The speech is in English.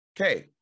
okay